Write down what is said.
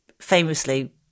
famously